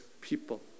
people